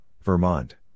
Vermont